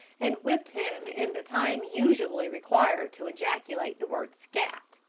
and whipped him in the time usually required to ejaculate the word scat!